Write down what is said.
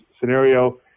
scenario